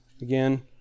Again